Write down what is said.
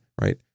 right